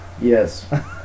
Yes